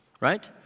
Right